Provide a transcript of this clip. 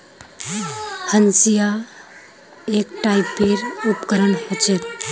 हंसिआ एक टाइपेर उपकरण ह छेक